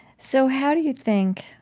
so how do you think